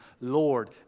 Lord